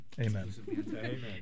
Amen